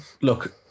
Look